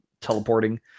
teleporting